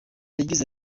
yagize